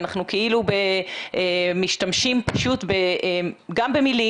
אנחנו כאילו משתמשים פשוט גם במילים,